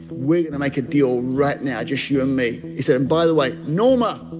we're going to make a deal right now just you and me. he said, and by the way, norma,